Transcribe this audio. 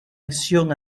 acción